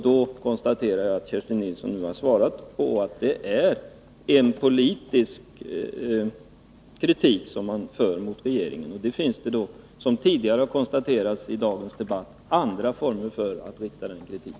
Nu konstaterar jag att Kerstin Nilsson har svarat att det är en politisk kritik som man riktar mot regeringen. Som tidigare har påpekats i dagens debatt finns det andra former för att framföra sådan kritik.